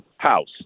House